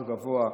הר גבוה,